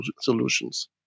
solutions